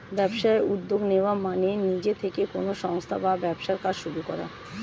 ব্যবসায় উদ্যোগ নেওয়া মানে নিজে থেকে কোনো সংস্থা বা ব্যবসার কাজ শুরু করা